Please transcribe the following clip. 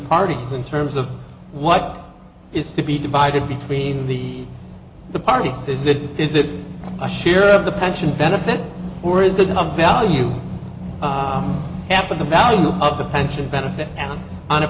parties in terms of what is to be divided between the the party says it is it a share of the pension benefit or is it the value half of the value of the pension benefit down on a